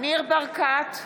ניר ברקת,